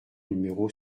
numéro